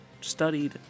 studied